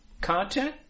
content